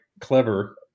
clever